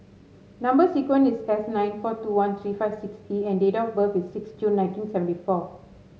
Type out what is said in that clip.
number sequence is S nine four two one three five six E and date of birth is six June nineteen seventy four